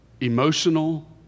emotional